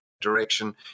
direction